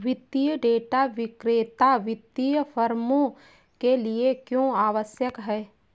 वित्तीय डेटा विक्रेता वित्तीय फर्मों के लिए क्यों आवश्यक है?